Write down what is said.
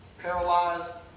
paralyzed